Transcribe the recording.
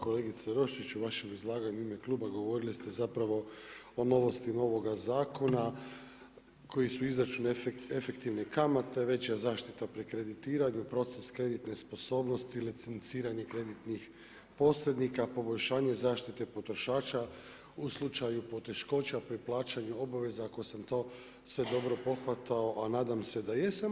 Kolegice Roščić u vašem izlaganju ime kluba govorili ste zapravo o novosti novoga zakona, koji su izračun efektivne kamate, veća zaštita pri kreditiranju, proces kreditne sposobnosti i licenciranje kreditnih posrednika, poboljšanje zaštite potrošača u slučaju poteškoća pri plaćanju obaveza ako sam to sve dobro pohvatao a nadam se da jesam.